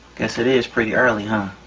guess it is pretty early, huh?